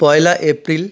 Poila April